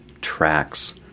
tracks